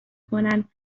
کنند